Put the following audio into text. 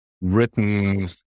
written